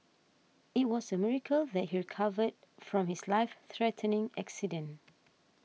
it was a miracle that he recovered from his life threatening accident